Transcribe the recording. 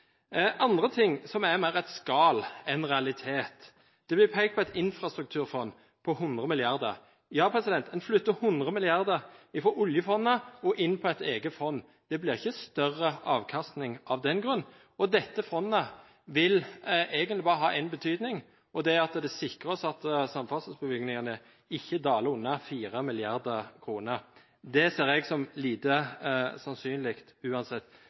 andre ting er mer skall enn realitet. Det blir pekt på et infrastrukturfond på 100 mrd. kr. Ja, en flytter 100 mrd. kr fra oljefondet og inn på et eget fond. Det blir ikke større avkastning av den grunn. Dette fondet vil egentlig bare ha én betydning – det sikrer oss at samferdselsbevilgningene ikke daler under 4 mrd. kr. Det ser jeg som lite sannsynlig uansett.